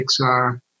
Pixar